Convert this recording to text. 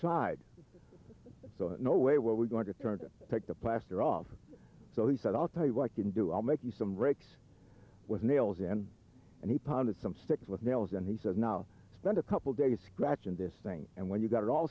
side so no way what we're going to turn to pick the plaster off so he said i'll tell you what i can do i'll make you some bricks with nails and and he pondered some sticks with nails and he said now spend a couple days scratching this thing and when you've got it all